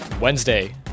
Wednesday